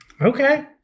Okay